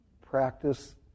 practice